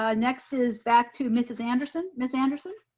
um next is back to mrs. anderson. miss anderson?